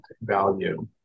value